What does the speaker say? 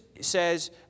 says